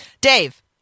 Dave